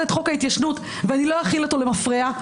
את חוק ההתיישנות ואני לא אחיל אותו למפרע,